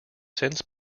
since